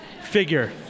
figure